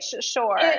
sure